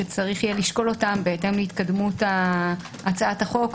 שצריך יהיה לשקול אותם בהתאם להתקדמות הצעת החוק,